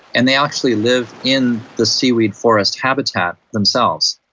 and they actually live in the seaweed forest habitat themselves.